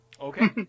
Okay